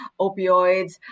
opioids